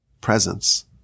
presence